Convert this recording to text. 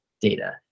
data